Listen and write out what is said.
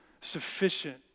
sufficient